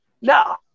No